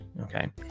okay